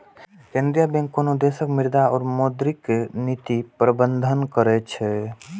केंद्रीय बैंक कोनो देशक मुद्रा और मौद्रिक नीतिक प्रबंधन करै छै